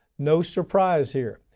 no surprise here.